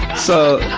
so,